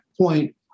point